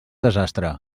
desastre